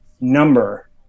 number